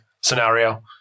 scenario